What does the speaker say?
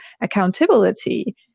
accountability